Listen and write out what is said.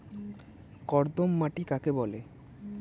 কর্দম মাটি কাকে বলে?